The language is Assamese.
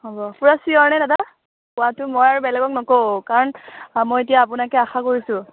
হ'ব পূৰা চিয়'ৰনে দাদা পোৱাটো মই বেলেগক নকওঁ কাৰণ মই এতিয়া আপোনাকে আশা কৰিছোঁ